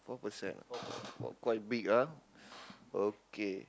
four percent ah !wah! quite big ah okay